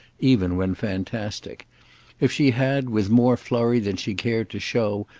even when fantastic if she had, with more flurry than she cared to show,